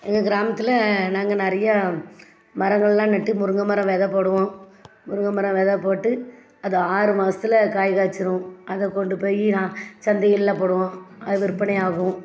எங்கள் கிராமத்தில் நாங்கள் நிறையா மரங்கள்லாம் நட்டு முருங்க மரம் வெதை போடுவோம் முருங்கை மரம் வெதை போட்டு அது ஆறு மாசத்தில் காய் காய்ச்சிடும் அதை கொண்டு போய் நான் சந்தைகளில் போடுவோம் அது விற்பனை ஆகும்